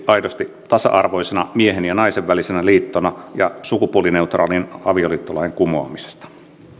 aidosti tasa arvoisena miehen ja naisen välisenä liittona ja sukupuolineutraalin avioliittolain kumoamisesta